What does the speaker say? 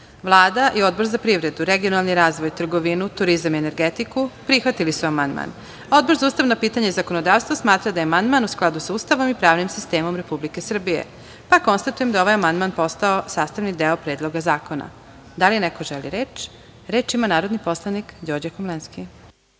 Božić. Vlada i Odbor za privredu, regionalni razvoj, trgovinu, turizam i energetiku prihvatili su amandman. Odbor za ustavna pitanja i zakonodavstvo smatra da je amandman u skladu sa Ustavom i pravnim sistemom Republike Srbije. Konstatujem da je ovaj amandman postao sastavni deo Predloga zakona. Da li neko želi reč? Reč ima narodni poslanik prof.